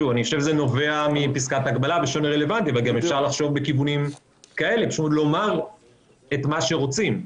אני חושב שזה נובע מפסקת ההגבלה אבל אפשר פשוט לומר מה שרוצים.